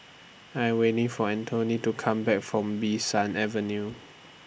I Am waiting For Antonette to Come Back from Bee San Avenue